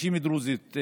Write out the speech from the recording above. נשים דרוזיות,